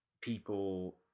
people